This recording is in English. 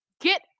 get